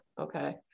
Okay